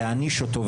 להעניש אותו,